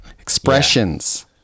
Expressions